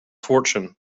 fortune